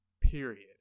period